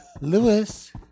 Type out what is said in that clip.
Lewis